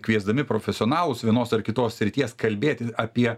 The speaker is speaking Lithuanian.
kviesdami profesionalus vienos ar kitos srities kalbėti apie